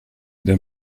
der